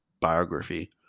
biography